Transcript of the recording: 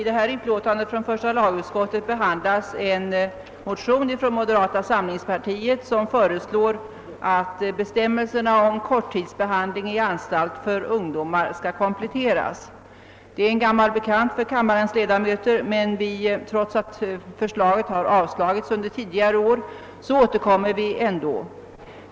Herr talman! I förevarande utlåtande behandlas en motion av moderata samlingspartiet vari föreslås att bestämmelserna om korttidsbehandling i anstalt för ungdomar skall kompletteras. Det är en gammal bekant för kammarens ledamöter — trots att förslaget har avslagits under tidigare år återkommer vi.